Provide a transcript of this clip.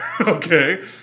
Okay